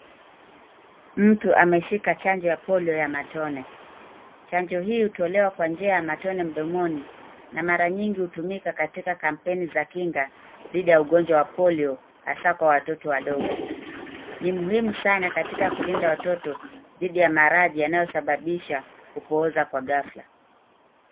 Mtu ameshika chanjo ya polio ya matone. Chanjo hii hutolewa kwa njia ya matone mdomoni na mara nyingi hutumika katika kampeni za kinga dhidi ya ugonjwa wa polio hasa kwa watoto wadogo. Ni muhimu sana katika kulinda watoto dhidi ya maradhi yanayosababisha kupooza kwa ghafla.